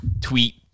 tweet